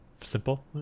simple